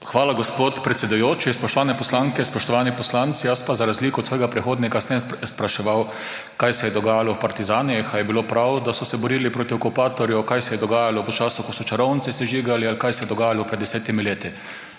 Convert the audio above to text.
Hvala, gospod predsedujoči. Spoštovane poslanke, spoštovani poslanci! Jaz pa za razliko od svojega predhodnika ne bom spraševal, kaj se je dogajalo v partizanih, ali je bilo prav, da so se borili proti okupatorju, kaj se je dogajalo v času, ko so čarovnice sežigali, ali kaj se je dogajalo pred desetimi leti.